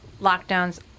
lockdowns